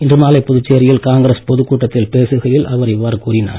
இன்று மாலை புதுச்சேரியில் காங்கிரஸ் பொதுக்கூட்டத்தில் பேசுகையில் அவர் இவ்வாறு கூறினார்